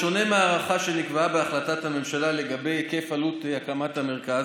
בשונה מההערכה שנקבעה בהחלטת הממשלה לגבי היקף עלות הקמת המרכז,